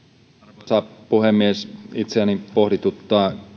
arvoisa puhemies itseäni pohdituttaa